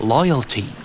Loyalty